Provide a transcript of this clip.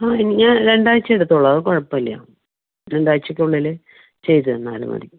ആ ഞാൻ രണ്ടാഴ്ച്ച എടുത്തോളൂ അത് കുഴപ്പമില്ല രണ്ടാഴ്ച്ചക്കുള്ളിൽ ചെയ്ത് തന്നാലും മതി